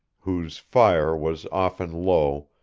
whose fire was often low,